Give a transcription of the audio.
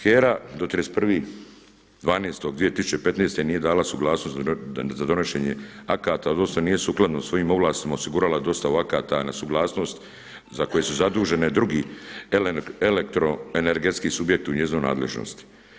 HERA do 31.12.2015. nije dala suglasnost za donošenje akata … nije sukladno svojim ovlastima osigurala dostavu akata na suglasnost za koje su zaduženi drugi elektroenergetski subjekti u njezinoj nadležnosti.